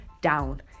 down